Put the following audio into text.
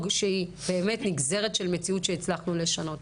שהיא באמת נגזרת של מציאות שהצלחנו לשנות.